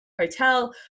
hotel